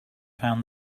found